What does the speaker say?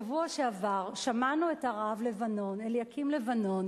שבשבוע שעבר שמענו את הרב אליקים לבנון